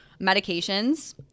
Medications